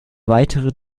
weitere